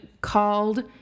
called